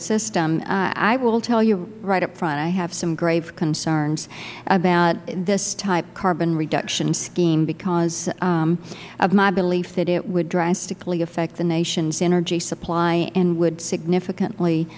system i will tell you right up front i have some grave concerns about this type carbon reduction scheme because of my belief that it would drastically affect the nation's energy supply and would significantly